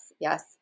Yes